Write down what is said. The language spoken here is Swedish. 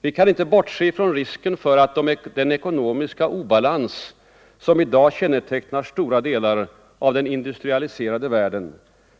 Vi kan inte bortse från risken för att den ekonomiska obalans som i dag kännetecknar stora delar av den industrialiserade världen